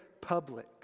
public